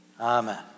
Amen